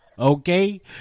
Okay